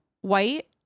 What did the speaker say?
White